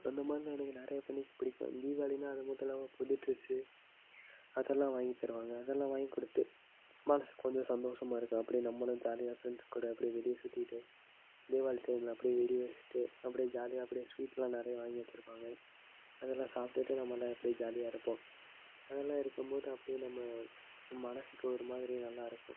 அந்த மாதிரிலாம் எனக்கு நிறைய பண்டிகை பிடிக்கும் தீவாளின்னா அது மட்டுல்லாமல் புது ட்ரெஸ்ஸு அதெல்லாம் வாங்கித் தருவாங்க அதெல்லாம் வாங்கிக் கொடுத்து மனசுக்கு கொஞ்சம் சந்தோஷமாக இருக்கும் அப்படே நம்மளும் ஜாலியாக ஃப்ரெண்ட்ஸ் கூட அப்படே வெளியே சுற்றிட்டு தீவாளி டைம்மில அப்படே வெடி வெடிச்சிகிட்டு அப்படே ஜாலியாக அப்படே ஸ்வீட்லாம் நிறைய வாங்கி வச்சிருப்பாங்க அதெல்லாம் சாப்பிட்டுட்டு நம்மலாம் அப்படே ஜாலியாக இருப்போம் அதெல்லாம் இருக்கும் போது அப்படே நம்ம மனசுக்கு ஒரு மாதிரி நல்லாருக்கும்